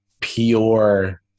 pure